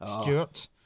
Stuart